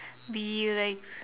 be like